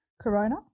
Corona